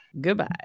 goodbye